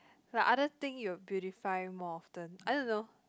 like other thing you will beautify more often I don't know